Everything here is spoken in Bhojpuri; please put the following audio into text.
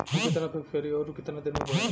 हम कितना फिक्स करी और ऊ कितना दिन में बड़ी?